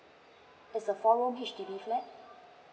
it's a four rooms H_D_B flat